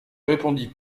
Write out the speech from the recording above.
répondit